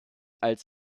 als